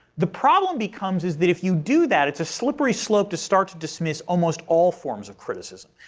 the problem becomes is that if you do that, it's a slippery slope to start to dismiss almost all forms of criticism.